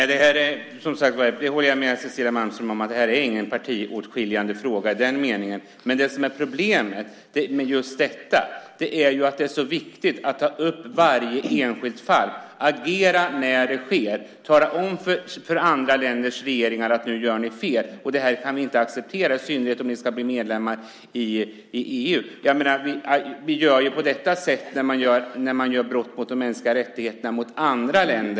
Herr talman! Jag håller med Cecilia Malmström om att detta inte är någon partiskiljande fråga i den meningen. Problemet med just detta är att det är så viktigt att ta upp varje enskilt fall, att agera när något sker, att säga till andra länders regeringar: Nu gör ni fel och det kan vi inte acceptera, i synnerhet inte om ni ska bli medlemmar i EU. Vi gör ju på detta sätt när man begår brott mot de mänskliga rättigheterna i andra länder.